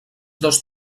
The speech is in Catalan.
dos